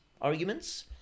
arguments